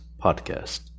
Podcast